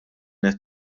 qed